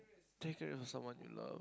take her to someone you love